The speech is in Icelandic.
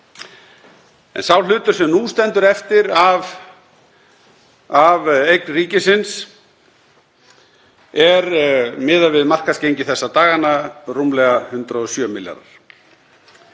Sá hlutur sem nú stendur eftir af eign ríkisins er, miðað við markaðsgengi þessa dagana, rúmlega 107 milljarðar.